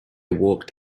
walked